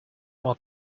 more